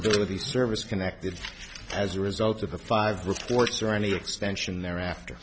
ability service connected as a result of the five reports or any extension thereafter